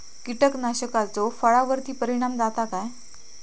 कीटकनाशकाचो फळावर्ती परिणाम जाता काय?